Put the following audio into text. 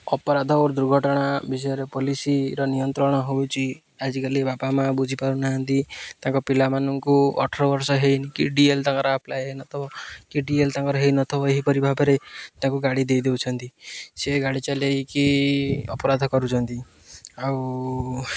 ଅପରାଧ ଓ ଦୁର୍ଘଟଣା ବିଷୟରେ ପୋଲିସ୍ର ନିୟନ୍ତ୍ରଣ ହେଉଛି ଆଜିକାଲି ବାପା ମାଆ ବୁଝିପାରୁନାହାନ୍ତି ତାଙ୍କ ପିଲାମାନଙ୍କୁ ଅଠର ବର୍ଷ ଯୋଇନି କି ଡ଼ି ଏଲ୍ ତାଙ୍କର ଆପ୍ଲାଏ ହୋଇନଥିବ କି ଡ଼ି ଏଲ୍ ତାଙ୍କର ହୋଇନଥିବ ଏହିପରି ଭାବରେ ତାଙ୍କୁ ଗାଡ଼ି ଦେଇଦେଉଛନ୍ତି ସେ ଗାଡ଼ି ଚଲାଇକି ଅପରାଧ କରୁଛନ୍ତି ଆଉ